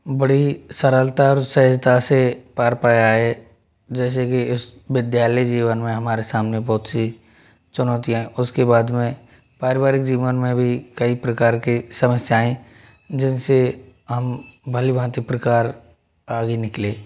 बड़ी सरलता और सहजता से पार पाया है जैसे की विद्यालय जीवन में हमारे सामने बहुत सी चुनौतियाँ आई उसके बाद में पारिवारिक जीवन में भी कई प्रकार की समस्या आई जिनसे हम भली भाँति प्रकार आगे निकले